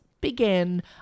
began